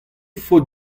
faot